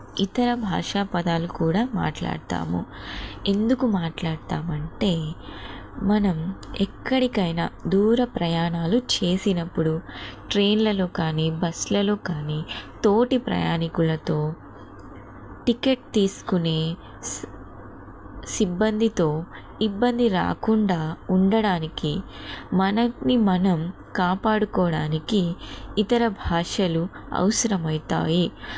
ఇతర భాషా పదాలు కూడా మాట్లాడతాము ఎందుకు మాట్లాడతాం అంటే మనం ఎక్కడికైనా దూర ప్రయాణాలు చేసినప్పుడు ట్రైన్లలో కానీ బస్సులలో కానీ తోటి ప్రయాణికులతో టికెట్ తీసుకునే స్ సిబ్బందితో ఇబ్బంది రాకుండా ఉండడానికి మనల్ని మనం కాపాడుకోవడానికి ఇతర భాషలు అవసరమైవుతాయి